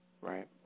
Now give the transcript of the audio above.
Right